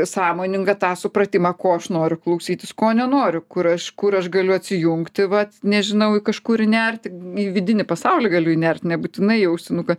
sąmoningą tą supratimą ko aš noriu klausytis ko nenoriu kur aš kur aš galiu atsijungti vat nežinau į kažkur įnerti į vidinį pasaulį galiu įnert nebūtinai į ausinuką